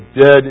dead